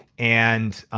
and